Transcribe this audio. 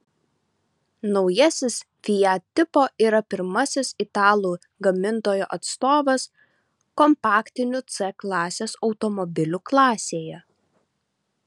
naujasis fiat tipo yra pirmasis italų gamintojo atstovas kompaktinių c klasės automobilių klasėje